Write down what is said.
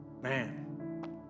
Man